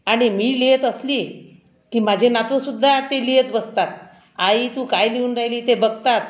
आणि मी लिहित असली की माझे नातू सुद्धा ते लिहित बसतात आई तू काय लिहून राहिली ते बघतात